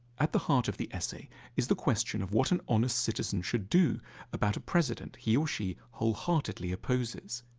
at the heart of the essay is the question of what an honest citizen should do about a president he or she wholeheartedly opposes.